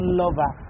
lover